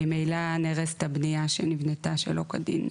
ממילא נהרסת הבניה שנבנתה שלא כדין.